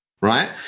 right